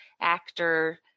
actor